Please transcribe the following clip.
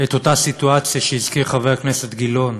את אותה סיטואציה שהזכיר חבר הכנסת גילאון,